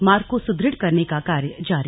मार्ग को सुदृढ़ करने का कार्य जारी